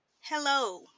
Hello